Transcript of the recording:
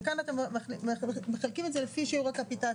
וכאן אתם מחלקים את זה לפי שיעור הקפיטציה.